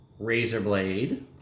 Razorblade